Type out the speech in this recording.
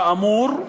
כאמור,